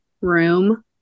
room